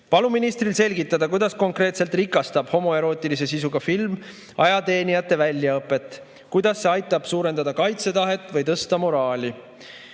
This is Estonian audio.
Palun ministril selgitada, kuidas konkreetselt rikastab homoerootilise sisuga film ajateenijate väljaõpet, kuidas see aitab suurendada kaitsetahet või tõsta moraali.